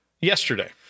yesterday